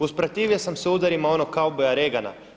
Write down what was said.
Usprotivio sam se udarima onog kauboja Reagana.